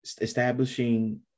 establishing